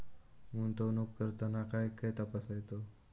गुंतवणूक करताना काय काय तपासायच?